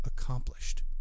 accomplished